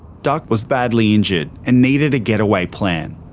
duck was badly injured and needed a getaway plan.